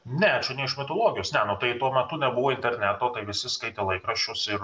ne čia ne iš mitologijos ne nu tai tuo metu nebuvo interneto tai visi skaitė laikraščius ir